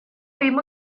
ddim